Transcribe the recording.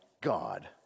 God